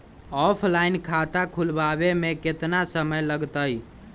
Offline खाता खुलबाबे में केतना समय लगतई?